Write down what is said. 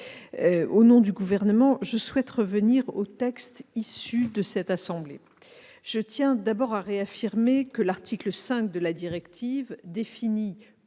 Au nom du Gouvernement, je souhaite revenir au texte issu des travaux de cette assemblée. Je tiens d'abord à réaffirmer que l'article 5 de la directive définit